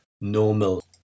normal